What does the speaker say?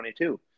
2022